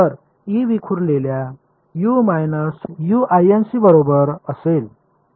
तर ई विखुरलेला बरोबर असेल